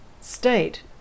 state